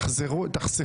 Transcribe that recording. אתה כן.